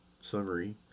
summary